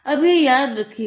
अब यह याद करेगा